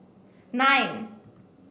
nine